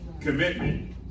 Commitment